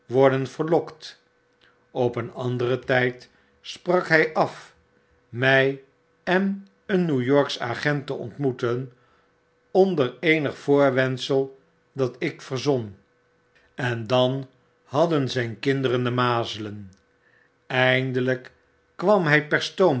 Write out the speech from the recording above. worden verlokt op een anderen tyd sprak hy af my en een new yorksch agent te ontmoeten onder eenig voorwendsel dat ik verzon en dan hadden zijn kinderen de mazelen eindelijk kwam hy